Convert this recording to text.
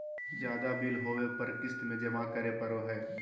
ज्यादा बिल होबो पर क़िस्त में जमा करे पड़ो हइ